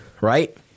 right